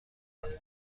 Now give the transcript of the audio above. کنید